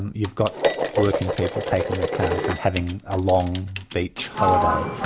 you've got working people taking their cars and having a long beach holiday.